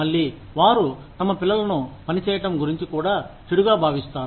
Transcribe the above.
మళ్ళీ వారు తమ పిల్లలను పని చేయటం గురించి కూడా చెడుగా భావిస్తారు